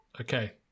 Okay